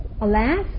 Alas